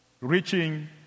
reaching